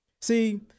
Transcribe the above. See